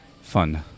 fun